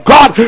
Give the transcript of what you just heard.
God